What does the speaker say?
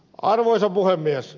arvoisa puhemies